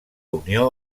unió